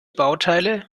bauteile